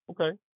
Okay